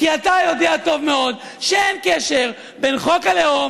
כי אתה יודע טוב מאוד שאין קשר בין חוק הלאום